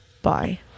Bye